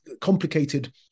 complicated